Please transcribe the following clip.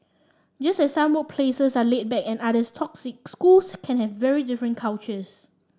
just as some workplaces are laid back and others toxic schools can have very different cultures